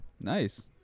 Nice